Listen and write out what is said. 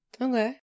Okay